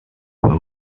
who